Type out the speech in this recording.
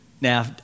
Now